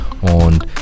und